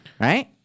right